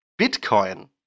Bitcoin